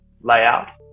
layout